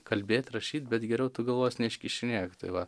kalbėt rašyt bet geriau tu galvos neiškišinėk tai va